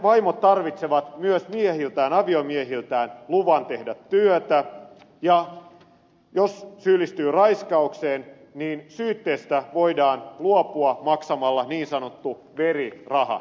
vaimot tarvitsevat myös aviomiehiltään luvan tehdä työtä ja jos syyllistyy raiskaukseen niin syytteestä voidaan luopua maksamalla niin sanottu veriraha